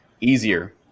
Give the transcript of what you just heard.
easier